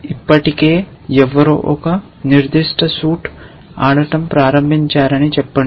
ఇప్పటికే ఎవరో ఒక నిర్దిష్ట సూట్ ఆడటం ప్రారంభించారని చెప్పండి